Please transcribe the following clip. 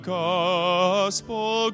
gospel